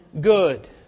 good